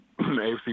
AFC